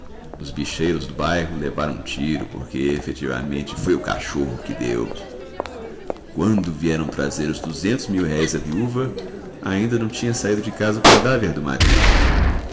os bicheiros do bairro levaram um tiro porque efetivamente foi o cachorro que deu quando vieram trazer os duzentos mil-réis à viúva ainda não tinha saído de casa o cadáver do marido